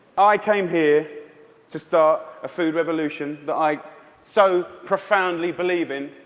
i came here to start a food revolution that i so profoundly believe in.